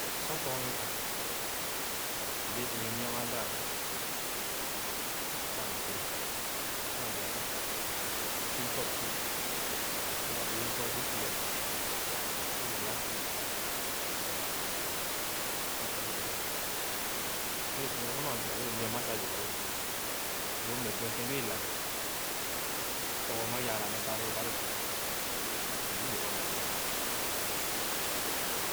So tòr meh ãã mbẽẽ ingi mia mããn daa-lu sah mbrra. Sor mãã bira sah mkii tɔ-pie, ké ba oo isu isu pie ãmã é wee yaa pie sah m̃ yɔgara sah m̃ ep zii dɔ tɔn. Sor lõ pie ãmã, sor mãã birà ghe ló mia mããn sah yɔgara lõ pie loomeh buetẽn lõõ e’ lagea, tór ãmã yaara meh táloo abã lõ sor sah m̃lu yɔrɔ nee sah le ké mbẽẽ kià dõõ ló.